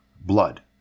blood